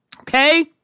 Okay